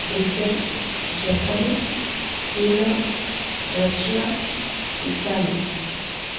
Britain Japan China Russia Italy